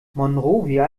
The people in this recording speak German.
monrovia